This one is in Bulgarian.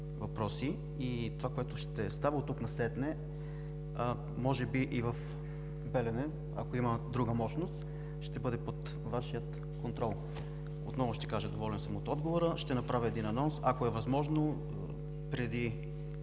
Това, което ще става оттук насетне може би и в „Белене“, ако има друга мощност, ще бъде под Вашия контрол. Отново ще кажа, че съм доволен от отговора и ще направя един анонс, ако е възможно – преди